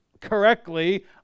correctly